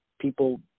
people